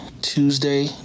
tuesday